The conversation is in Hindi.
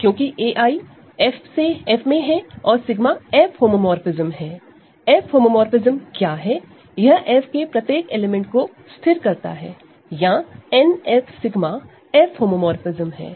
क्योंकि ai F में हैं और 𝜎 F होमोमोरफ़िज्म है F होमोमोरफ़िज्म क्या है यह F के प्रत्येक एलिमेंट को स्थिर करता है या n f 𝜎 F होमोमोरफ़िज्म है